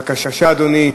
בבקשה, אדוני.